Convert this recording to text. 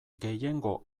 gehiengo